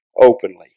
openly